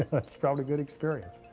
that's probably a good experience.